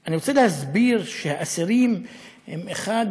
אני רוצה להסביר שהאסירים הם אחד